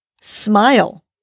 Smile